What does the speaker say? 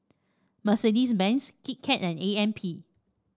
Mercedes Benz Kit Kat and A M P